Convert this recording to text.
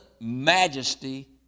majesty